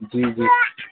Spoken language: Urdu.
جی جی